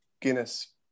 Guinness